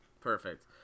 perfect